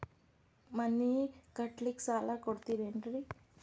ಮನಿ ಕಟ್ಲಿಕ್ಕ ಸಾಲ ಕೊಡ್ತಾರೇನ್ರಿ?